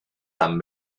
tan